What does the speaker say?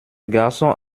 garçon